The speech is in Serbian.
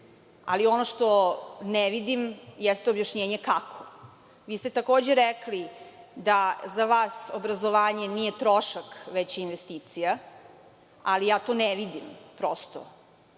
ali ono što ne vidim jeste objašnjenje kako. Vi ste takođe rekli da za vas obrazovanje nije trošak, već investicija. Ja to ne vidim, prosto,